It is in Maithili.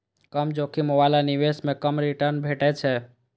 कम जोखिम बला निवेश मे कम रिटर्न भेटै छै